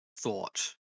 thought